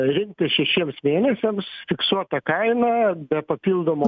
rinktis šešiems mėnesiams fiksuotą kainą be papildomų